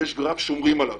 יש לנו גרף ושומרים עליו.